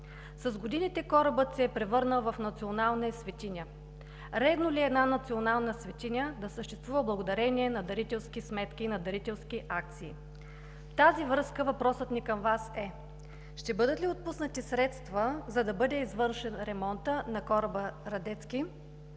С годините корабът се е превърнал в национална светиня. Редно ли е една национална светиня да съществува благодарение на дарителски сметки и на дарителски акции? В тази връзка въпросът ни към Вас е: ще бъдат ли отпуснати средства, за да бъде извършен ремонтът на кораба „Радецки“